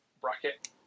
bracket